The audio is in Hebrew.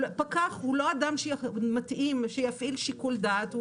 פקח הוא לא אדם שמתאים שיפעיל שיקול דעת.